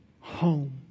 Home